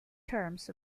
terms